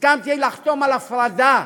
הסכמתי לחתום על הפרדה,